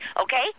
okay